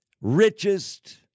richest